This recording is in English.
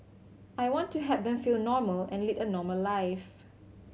I want to help them feel normal and lead a normal life